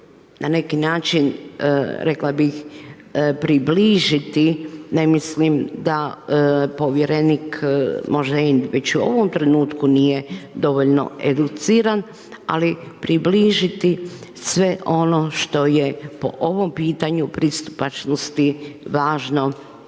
na neki način rekla bih, približiti ne mislim da povjerenik možda i već u ovom trenutku nije dovoljno educiran, ali približiti sve ono što je po ovom pitanju pristupačnosti važno